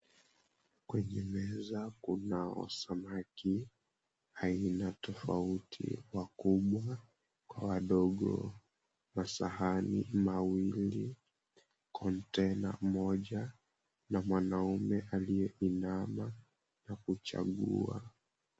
Kwenye meza kunao samaki aina tofauti wakubwa kwa wadogo na sahani mawili, container moja na mwanaume aliyeinama na kuchagua.